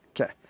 Okay